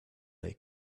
they